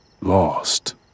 lost